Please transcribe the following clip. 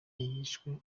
yishwe